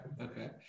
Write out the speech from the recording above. Okay